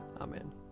Amen